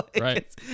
Right